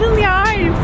the eyes,